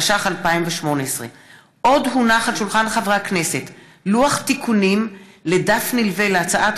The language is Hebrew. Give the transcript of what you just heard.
התשע"ח 2018. לוח תיקונים לדף נלווה להצעת